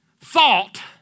thought